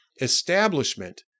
establishment